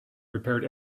prepared